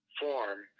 form